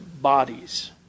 bodies